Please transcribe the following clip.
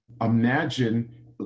imagine